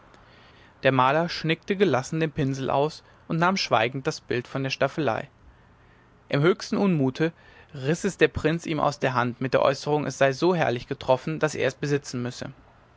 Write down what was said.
der maler schnickte gelassen den pinsel aus und nahm schweigend das bild von der staffelei im höchsten unmute riß es der prinz ihm aus der hand mit der äußerung es sei so herrlich getroffen daß er es besitzen müsse